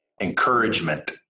encouragement